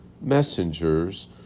Messengers